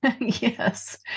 Yes